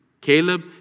Caleb